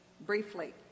briefly